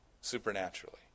supernaturally